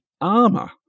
armor